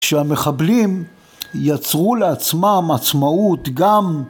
כשהמחבלים יצרו לעצמם עצמאות גם